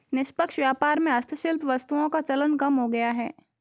निष्पक्ष व्यापार में हस्तशिल्प वस्तुओं का चलन कम हो गया है